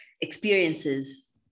experiences